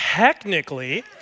Technically